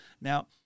Now